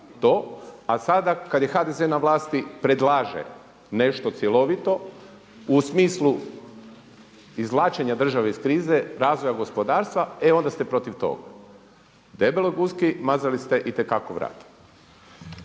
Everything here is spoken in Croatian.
a sada kad je HDZ na vlasti predlaže nešto cjelovito u smislu izvlačenja države iz krize, razvoja gospodarstva, e onda ste protiv toga. Debeloj guski mazali ste itekako vrat.